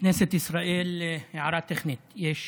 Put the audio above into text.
בכנסת ישראל, הערה טכנית, יש